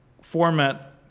format